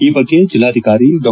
ಈ ಬಗ್ಗೆ ಜಿಲ್ಲಾಧಿಕಾರಿ ಡಾ